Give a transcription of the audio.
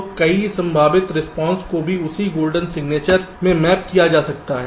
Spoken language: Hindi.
तो कई संभावित रिस्पांसस को भी उसी गोल्डन सिग्नेचर में मैप किया जा सकता है